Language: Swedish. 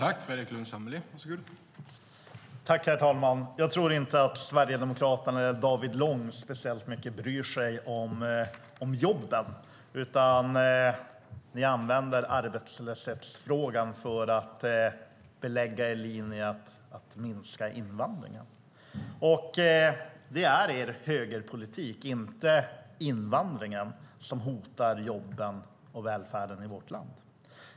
Herr talman! Jag tror inte att Sverigedemokraterna eller David Lång särskilt bryr sig om jobben, utan ni använder arbetslöshetsfrågan som belägg för er linje att minska invandringen. Det är er högerpolitik och inte invandringen som hotar jobben och välfärden i vårt land.